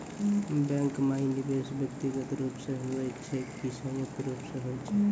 Bank माई निवेश व्यक्तिगत रूप से हुए छै की संयुक्त रूप से होय छै?